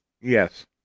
Yes